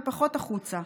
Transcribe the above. ופחות החוצה.